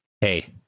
hey